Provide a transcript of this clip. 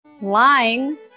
lying